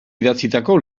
idatzitako